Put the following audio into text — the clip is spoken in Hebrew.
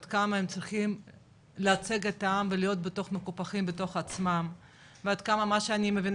עד כמה הם צריכים לייצג את העם ועד כמה אני מבינה